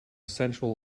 sensual